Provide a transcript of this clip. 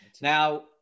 Now